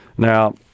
Now